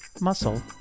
Muscle